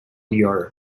europe